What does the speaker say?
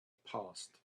passed